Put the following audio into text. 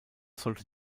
sollte